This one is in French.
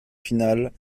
finale